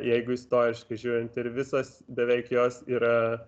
jeigu istoriškai žiūrint ir visos beveik jos yra